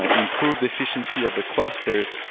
ah improved efficiency of the clusters,